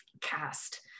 cast